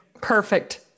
Perfect